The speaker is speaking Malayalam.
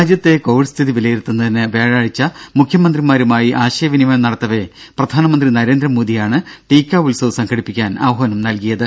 രാജ്യത്തെ കോവിഡ് സ്ഥിതി വിലയിരുത്തുന്നതിന് വ്യാഴാഴ്ച മുഖ്യമന്ത്രിമാരുമായി ആശയ വിനിമയം നടത്തവെ പ്രധാനമന്ത്രി നരേന്ദ്രമോദിയാണ് ടീക്ക ഉത്സവ് സംഘടിപ്പിക്കാൻ ആഹ്വാനം നൽകിയത്